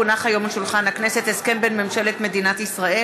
כי הונח היום על שולחן הכנסת הסכם בין ממשלת מדינת ישראל